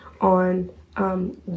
on